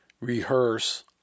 rehearse